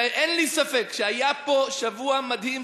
אין לי ספק שהיה פה שבוע מדהים,